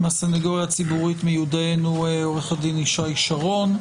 מהסנגוריה הציבורית מיודענו עו"ד ישי שרון.